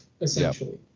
essentially